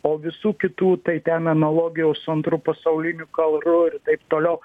o visų kitų tai ten analogijos su antru pasauliniu karu ir taip toliau